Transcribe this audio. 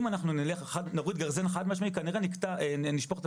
אם אנחנו נוריד גרזן אחד על השני כנראה נשפוך את